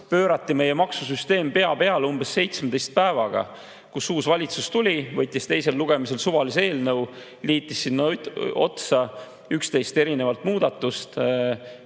pöörati meie maksusüsteem pea peale umbes 17 päevaga, kui tuli uus valitsus ja võttis teisel lugemisel suvalise eelnõu ning liitis sinna otsa 11 erinevat muudatust.